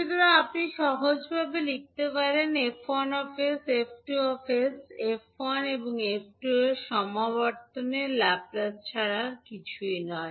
সুতরাং আপনি সহজভাবে লিখতে পারেন 𝐹1 𝑠 𝐹2 𝑠 এফ 1 এবং এফ 2 এর সমাবর্তনের ল্যাপ্লেস ছাড়া আর কিছুই নয়